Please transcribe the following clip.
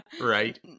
right